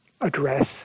address